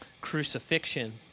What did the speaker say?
crucifixion